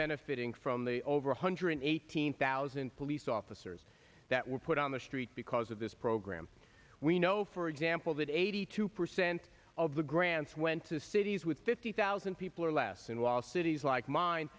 benefiting from the over one hundred eighteen thousand police officers that were put on the street because of this program we know for example that eighty two percent of the grants went to cities with fifty thousand people or less in lost cities like mine